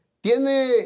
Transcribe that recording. tiene